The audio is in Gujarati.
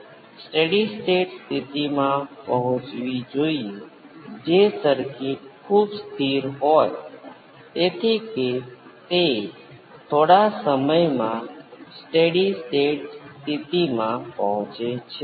સ્પષ્ટપણે તમે આ અભિવ્યક્તિથી જ જોઈ શકો છો કે જો ω ખૂબ મોટું હોય તો આઉટપુટનું એમ્પ્લિટ્યુડ ખૂબ નાનું હશે અને જો ω ખૂબ નાનું હોય તો એમ્પ્લિટ્યુડ ઇનપુટ જેવું જ છે અને 1 બાય R C ની સરખામણીમાં ખૂબ નાનું છે